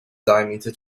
diameter